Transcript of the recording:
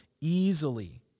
easily